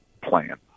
plan